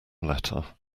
letter